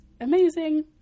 amazing